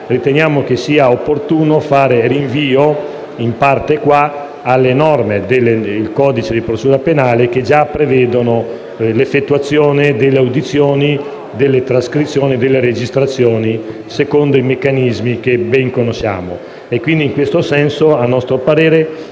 riteniamo sia opportuno fare, in parte, rinvio alle norme del codice di procedura penale che già prevedono l'effettuazione delle audizioni, delle trascrizioni e delle registrazioni secondo i meccanismi che ben conosciamo.